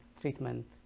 treatment